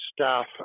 staff